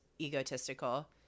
egotistical